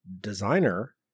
designer